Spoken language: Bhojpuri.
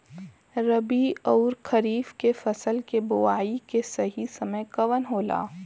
रबी अउर खरीफ के फसल के बोआई के सही समय कवन होला?